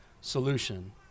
solution